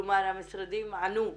כלומר, המשרדים ענו.